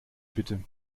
bitte